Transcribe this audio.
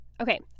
Okay